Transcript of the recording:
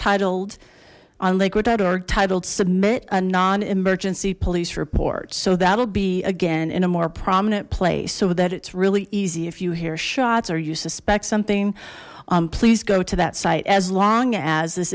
titled on lake road org titled submit a non emergency police report so that'll be again in a more prominent place so that it's really easy if you hear shots or you suspect something please go to that site as long as this